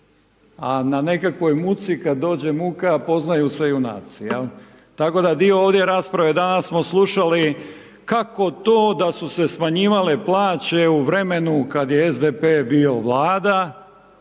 a na nekakvoj muci, kada dođe muka, poznaju se junaci, jel. Tako da dio ovdje rasprave danas smo slušali kako to da su se smanjivale plaće u vremenu kad je SDP bio Vlada,